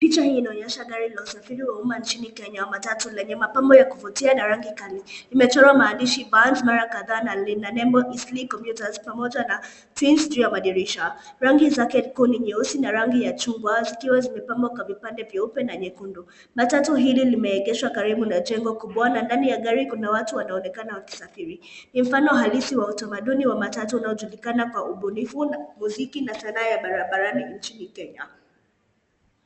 Picha hii inaonyesha gari la usafiri wa umma nchini Kenya, matatu, lenye mapambo ya kuvutia na rangi kali. Limechorwa maandishi Bans mara kadhaa na lina nembo Eastleigh Computers pamoja na Twins juu ya madirisha. Rangi zake kuu ni nyeusi na rangi ya chungwa, zikiwa zimepambwa kwa vipande vyeupe na nyekundu. Matatu hili limeegeshwa karibu na jengo kubwa na ndani ya gari kuna watu wanaonekana wakisafiri. Ni mfano halisi wa utamaduni wa matatu unaojulikana kwa ubunifu, muziki na sanaa ya barabarani nchini Kenya.